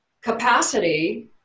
capacity